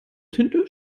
tinte